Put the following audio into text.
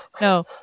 No